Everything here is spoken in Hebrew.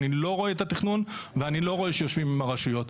אני לא רואה את התכנון ואני לא רואה שיושבים עם הרשויות,